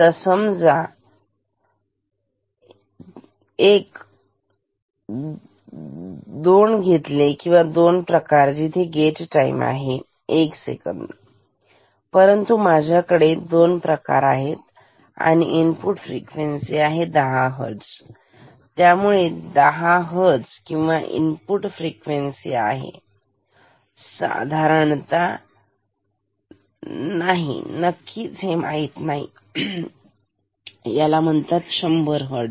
आता समजा तुम्ही दोन घेतले दोन प्रकार जिथे गेट टाईम आहे एक सेकंद ठीक परंतु माझ्याकडे दोन प्रकार आहेत इनपुट फ्रिक्वेन्सी आहे 10 हर्ट्स सुमारे 10 हर्ट्स आणि इनपुट फ्रिक्वेन्सी आहे साधारणतः नाही नक्कीच हे नक्की माहीत नाही याला म्हणतात 100 हर्ट्स